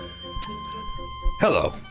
Hello